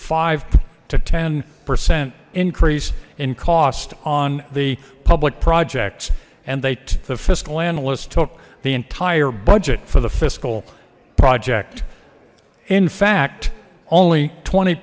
five to ten percent increase in cost on the public projects and they the fiscal analyst took the entire budget for the fiscal project in fact only twenty